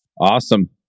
Awesome